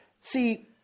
See